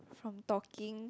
from talking